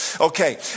Okay